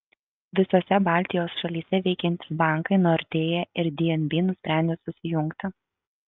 visose baltijos šalyse veikiantys bankai nordea ir dnb nusprendė susijungti